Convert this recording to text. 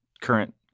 current